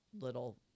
little